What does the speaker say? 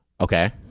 Okay